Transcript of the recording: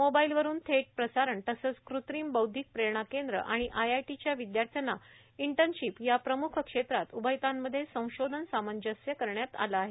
मोबाईलवरून चेट प्रसारण तसंच कृत्रिम बैस्डिक प्रेरणा केंद्र आणि आयआयटीच्या विद्यार्थ्यांना इंटर्नशीप या प्रमुख क्षेत्रात उभयतांमध्ये संश्रोधन सामंजस्य करण्यात आलं आहे